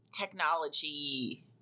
technology